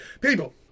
People